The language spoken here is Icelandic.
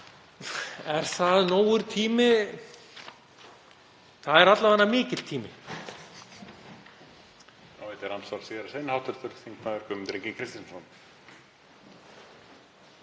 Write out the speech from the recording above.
Er það nógur tími? Það er alla vega mikill tími.